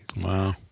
Wow